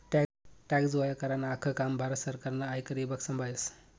tax गोया करानं आख्खं काम भारत सरकारनं आयकर ईभाग संभायस